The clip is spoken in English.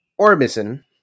Orbison